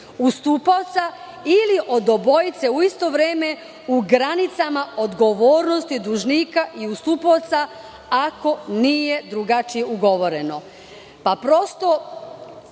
ustupaoca ili od obojice u isto vreme u granicama odgovornosti dužnika i ustupaoca ako nije drugačije ugovoreno."Prosto,